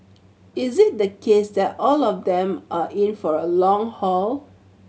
is it the case that all of them are in for a long haul